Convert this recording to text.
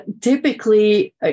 typically